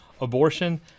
abortion